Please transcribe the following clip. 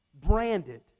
branded